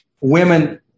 women